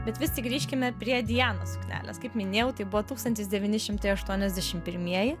bet vis tik grįžkime prie dianos suknelės kaip minėjau tai buvo tūkstantis devyni šimtai aštuoniasdešim pirmieji